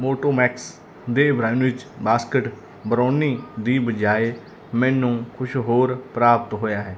Motomax ਦੇ brownies basket brownie ਦੀ ਬਜਾਏ ਮੈਨੂੰ ਕੁਛ ਹੋਰ ਪ੍ਰਾਪਤ ਹੋਇਆ ਹੈ